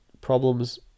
problems